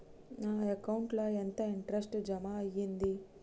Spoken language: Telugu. నా అకౌంట్ ల ఎంత ఇంట్రెస్ట్ జమ అయ్యింది?